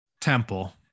temple